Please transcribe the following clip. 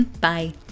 bye